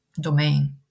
domain